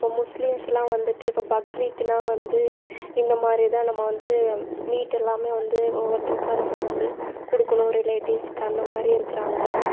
இப்போ முஸ்லீம்ஸ்லாம் வந்துட்டு இப்போ பக்ரீத்னா வந்து இந்த மாதிரிதான் நம்ம வந்து மீட்டெல்லாமே வந்து ஒவ்வொருத்தருக்கா நம்ம வந்து கொடுக்கணும் ரிலேட்டிவ்ஸ்க்கு அந்தமாதிரியும் இருக்குகிறாங்க